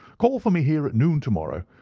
call for me here at noon to-morrow,